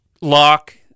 Lock